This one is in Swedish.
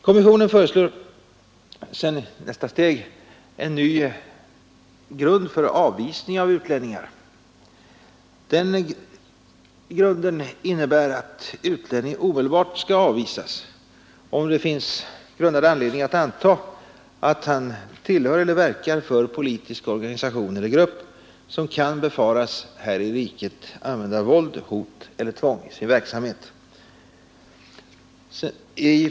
Kommissionen föreslår en ny grund för avvisning av utlänningar. Den innebär att utlänning omedelbart skall avvisas om det finns grundad anledning anta att han tillhör eller verkar för politisk organisation eller grupp som kan befaras att här i riket använda våld, hot eller tvång i sin verksamhet.